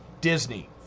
Disney